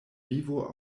vivo